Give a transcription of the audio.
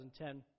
2010